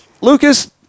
Lucas